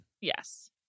Yes